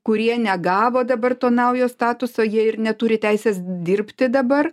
kurie negavo dabar to naujo statuso jie ir neturi teisės dirbti dabar